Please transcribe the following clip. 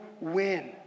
win